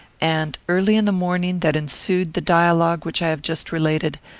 and, early in the morning that ensued the dialogue which i have just related,